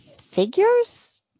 figures